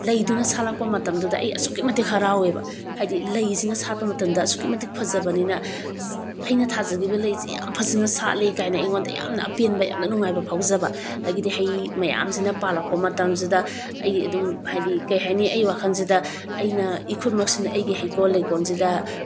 ꯂꯩꯗꯨꯅ ꯁꯥꯠꯂꯛꯄ ꯃꯇꯝꯗꯨꯗ ꯑꯩ ꯑꯁꯨꯛꯀꯤ ꯃꯇꯤꯛ ꯍꯔꯥꯎꯏꯕ ꯍꯥꯏꯗꯤ ꯂꯩꯁꯤꯅ ꯁꯥꯠꯄ ꯃꯇꯝꯗ ꯑꯁꯨꯛꯀꯤ ꯃꯇꯤꯛ ꯐꯖꯕꯅꯤꯅ ꯑꯩꯅ ꯊꯥꯖꯈꯤꯕ ꯂꯩꯁꯦ ꯌꯥꯝ ꯐꯖꯅ ꯁꯥꯠꯂꯦ ꯀꯥꯏꯅ ꯑꯩꯉꯣꯟꯗ ꯌꯥꯝꯅ ꯑꯄꯦꯟꯕ ꯌꯥꯝꯅ ꯅꯨꯡꯉꯥꯏꯕ ꯐꯥꯎꯖꯕ ꯑꯗꯨꯗꯒꯤꯗꯤ ꯍꯩ ꯃꯌꯥꯝꯁꯤꯅ ꯄꯥꯂꯛꯄ ꯃꯇꯝꯁꯤꯗ ꯑꯩ ꯑꯗꯨꯝ ꯍꯥꯏꯗꯤ ꯀꯩ ꯍꯥꯏꯅꯤ ꯑꯩꯒꯤ ꯋꯥꯈꯜꯁꯤꯗ ꯑꯩꯅ ꯏꯈꯨꯠꯃꯛꯁꯤꯅ ꯑꯩꯒꯤ ꯍꯩꯀꯣꯜ ꯂꯩꯀꯣꯜꯁꯤꯗ